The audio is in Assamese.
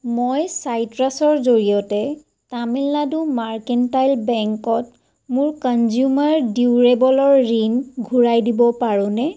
মই চাইট্ৰাছৰ জৰিয়তে তামিলনাডু মাৰ্কেণ্টাইল বেংকত মোৰ কঞ্জুমাৰ ডিউৰেবলৰ ঋণ ঘূৰাই দিব পাৰোনে